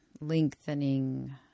lengthening